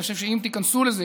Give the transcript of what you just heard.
אני חושב שאם תיכנסו לזה,